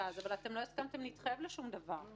לא הסכמתם להתחייב לשום דבר.